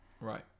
Right